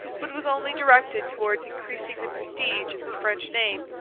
but was only directed towards increasing the prestige of the french name,